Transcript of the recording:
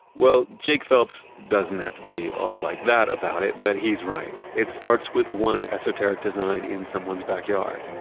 well, jake phelps doesn't have to be all like that about it, but he's right. it starts with one esoteric design in someone's backyard.